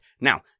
Now